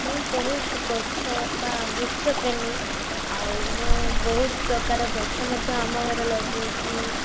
ମୁଁ ବହୁତ ଗଛ ବା ବୃକ୍ଷ ପ୍ରେମୀ ଆଉ ମୁଁ ବହୁତ ପ୍ରକାର ଗଛ ମଧ୍ୟ ଆମ ଘରେ ଲଗେଇଛି